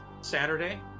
Saturday